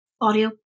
audio